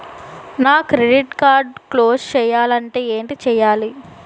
నా credit card close చేయాలంటే ఏంటి చేయాలి?